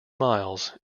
miles